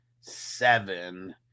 seven